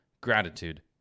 gratitude